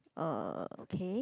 uh okay